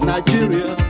Nigeria